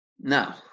Now